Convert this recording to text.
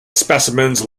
specimens